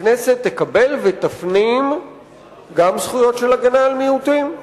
הכנסת תקבל ותפנים גם זכויות של הגנה על מיעוטים.